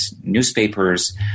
newspapers